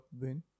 win